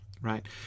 right